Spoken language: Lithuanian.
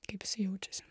kaip jisai jaučiasi